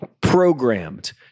programmed